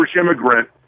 immigrant